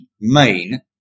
main